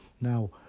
Now